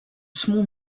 small